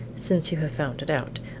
since you have found it out,